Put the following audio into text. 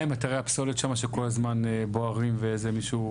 מה עם אתרי הפסולת שם שכל הזמן בוערים ואיזה מישהו,